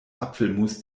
apfelmus